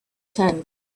tent